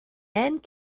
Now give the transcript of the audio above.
and